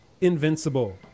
invincible